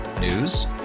News